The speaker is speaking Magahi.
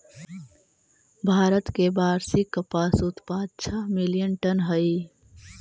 भारत के वार्षिक कपास उत्पाद छः मिलियन टन हई